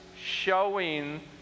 showing